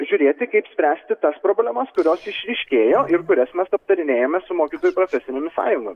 žiūrėti kaip spręsti tas problemas kurios išryškėjo ir kurias mes aptarinėjame su mokytojų profesininėmis sąjungom